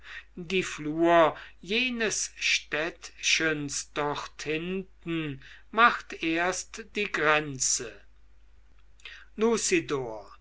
die flur jenes städtchens dort hinten macht erst die grenze